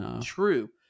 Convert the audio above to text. true